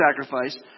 sacrifice